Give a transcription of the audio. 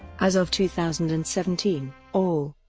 as of two thousand and seventeen, all,